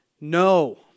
No